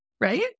right